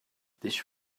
this